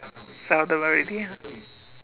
seldom already ah